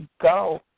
go